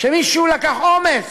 שמישהו לקח אומץ,